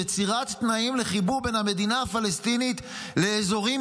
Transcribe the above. ליצירת תנאים לחיבור בין המדינה הפלסטינית לאזורים